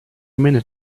minute